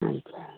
अच्छा